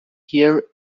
here